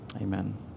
amen